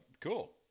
cool